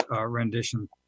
rendition